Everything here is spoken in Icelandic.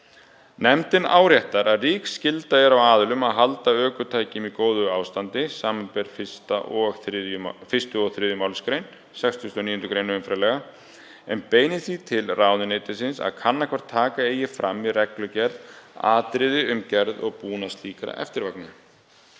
Nefndin áréttar að rík skylda er á aðilum að halda ökutækjum í góðu ástandi, samanber 1. og 3. mgr. 69. gr. umferðarlaga, en beinir því til ráðuneytisins að kanna hvort taka eigi fram í reglugerð atriði um gerð og búnað slíkra eftirvagna.